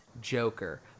Joker